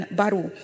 baru